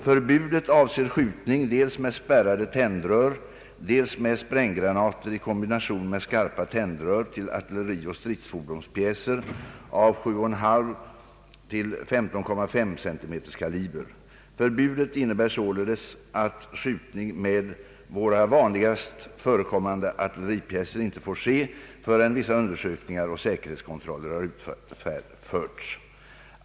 Förbudet avser skjutning dels med spärrade tändrör, dels med spränggranater i kombination med skarpa tändrör till artillerioch stridsfordonspjäser av 7,5—15,5 cm kaliber. Förbudet innebär således att skjutning med våra vanligast förekommande artilleripjäser inte får ske förrän vissa undersökningar och säkerhetskontroller har utförts.